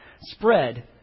spread